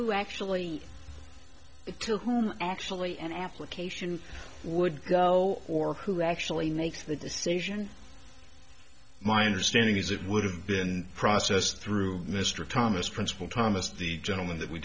who actually to whom actually an application would go or who actually make the decision my understanding is it would have been processed through mr thomas principal thomas the gentleman that we